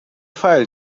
file